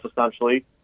essentially